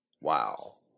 Wow